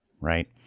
Right